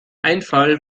einfall